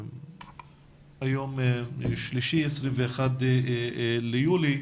היום יום שלישי, 21 ביולי.